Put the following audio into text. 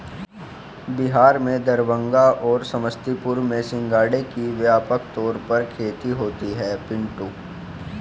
बिहार में दरभंगा और समस्तीपुर में सिंघाड़े की व्यापक तौर पर खेती होती है पिंटू